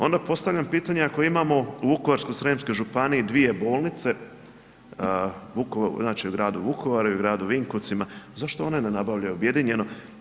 Onda postavljam pitanje, ako imam u Vukovarsko-srijemskoj županiji dvije bolnice, znači u gradu Vukovaru i u gradu Vinkovcima, zašto one ne nabavljaju objedinjeno?